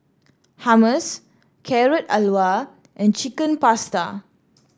Hummus Carrot Halwa and Chicken Pasta